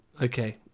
Okay